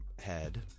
head